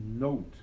note